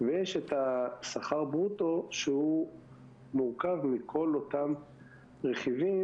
ויש את השכר ברוטו, שהוא מורכב מכל אותם רכיבים,